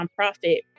nonprofit